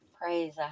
Praise